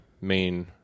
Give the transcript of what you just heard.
main